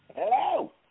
Hello